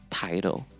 title